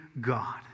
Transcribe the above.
God